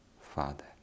father